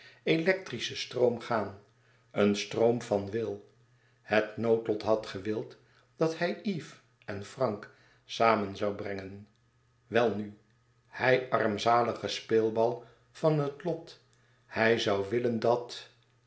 electrischen stroom gaan een stroom van wil het noodlot had gewild dat hij eve en frank samen zoû brengen welnu hij armzalige speelbal van dat lot hij zoû willen dat